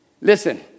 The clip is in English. Listen